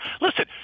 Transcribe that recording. Listen